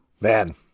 Man